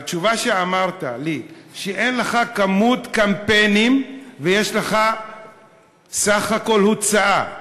והתשובה שאמרת לי היא שאין לך את מספר קמפיינים ויש לך סך הכול הוצאה,